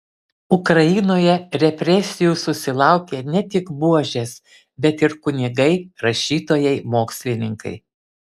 ukrainoje represijų susilaukė ne tik buožės bet ir kunigai rašytojai mokslininkai